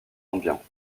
ambiant